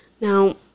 Now